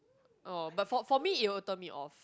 oh but for for me it will turn me off